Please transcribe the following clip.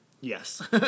Yes